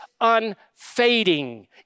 unfading